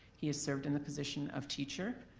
he has served in the position of teacher,